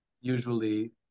usually